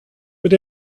but